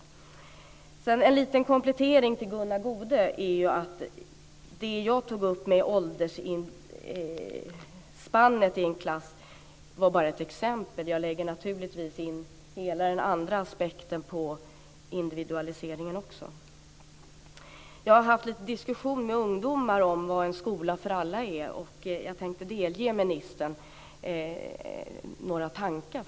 Sedan vill jag komma med en liten komplettering till Gunnar Goude. Det jag tog upp om åldersspannet i en klass var bara ett exempel. Jag lägger naturligtvis in hela den andra aspekten på individualiseringen också. Jag har haft en diskussion med ungdomar om vad en skola för alla innebär. Jag tänker delge ministern en del av deras tankar.